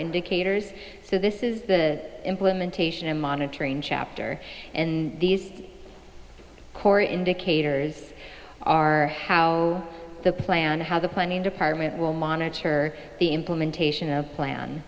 indicators so this is the implementation and monitoring chapter and these core indicators are how the plan how the planning department will monitor the implementation of plan